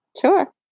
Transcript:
sure